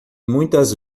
muitas